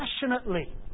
passionately